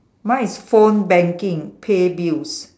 mine is phone banking pay bills